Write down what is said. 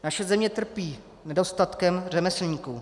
Naše zemí trpí nedostatkem řemeslníků.